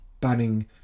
banning